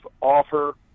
offer